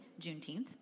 Juneteenth